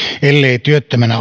ellei työttömänä